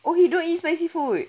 oh he don't eat spicy food